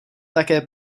také